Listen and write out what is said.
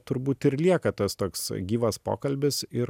turbūt ir lieka tas toks gyvas pokalbis ir